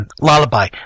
Lullaby